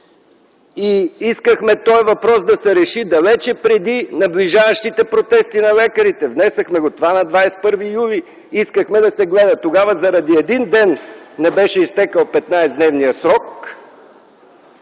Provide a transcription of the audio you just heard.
Искахме този въпрос да се реши далеч преди наближаващите протести на лекарите. Внесохме го на 21 юли 2010 г. и искахме да се гледа. Тогава заради един ден - не беше изтекъл 15 дневният срок,